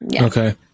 Okay